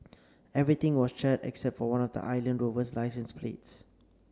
everything was charred except for one of the Land Rover's licence plates